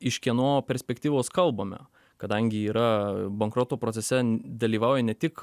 iš kieno perspektyvos kalbame kadangi yra bankroto procese dalyvauja ne tik